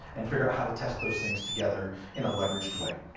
and figure out how to test those things together in a leveraged way.